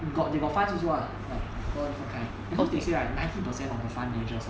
got they got funds also ah like all different kind because they say right ninety per cent of the fund managers